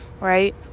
right